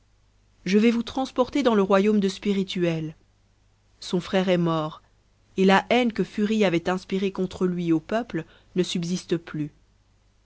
je vais vous transporter dans le royaume de spirituel son frère est mort et la haine que furie avait inspirée contre lui au peuple ne subsite plus